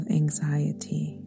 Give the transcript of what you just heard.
anxiety